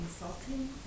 insulting